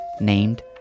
named